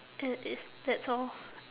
that is that's all